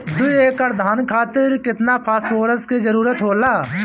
दु एकड़ धान खातिर केतना फास्फोरस के जरूरी होला?